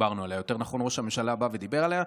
יותר נכון ראש הממשלה דיבר עליה,